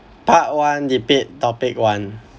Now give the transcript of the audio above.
part one debate topic one